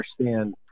understand